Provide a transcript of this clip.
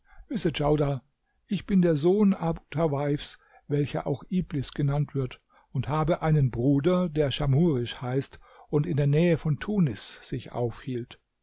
ich bin der sohn abu tawaifs welcher auch iblis genannt wird und habe einen bruder der schamhurisch heißt und in der nähe von tunis sich aufhielt